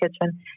kitchen